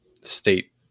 state